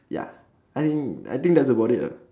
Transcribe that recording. ya I think I think that's about it ah